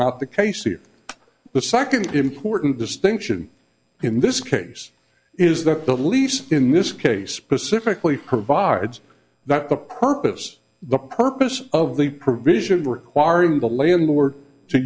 not the case here the second important distinction in this case is that the lease in this case specifically provides that the purpose the purpose of the provision requiring the landlord to